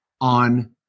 on